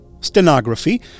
Stenography